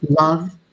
Love